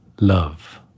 love